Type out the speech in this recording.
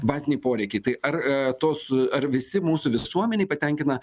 baziniai poreikiai tai ar tos ar visi mūsų visuomenėj patenkina